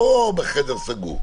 לא בחדר סגור.